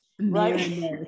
right